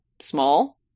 small